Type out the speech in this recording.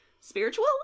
spiritual